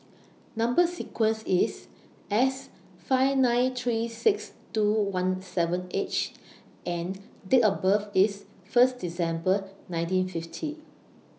Number sequence IS S five nine three six two one seven H and Date of birth IS First December nineteen fifty